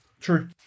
True